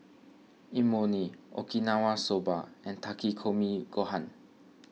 Imoni Okinawa Soba and Takikomi Gohan